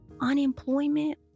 Unemployment